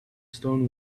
stone